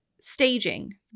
Staging